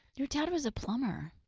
your dad was a plumber.